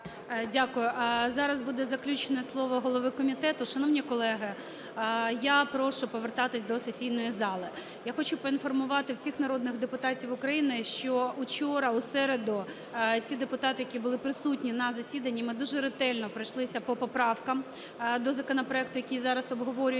Дякую. Зараз буде заключне слово голови комітету. Шановні колеги, я прошу повертатися до сесійної зали. Я хочу поінформувати всіх народних депутатів України, що учора, в середу, ці депутати, які були присутні на засіданні, ми дуже ретельно пройшлися по поправкам до законопроекту, який зараз обговорюється.